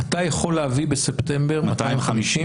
אתה יכול להביא בספטמבר 250?